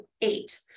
eight